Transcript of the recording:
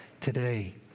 today